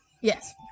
Yes